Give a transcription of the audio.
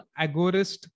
agorist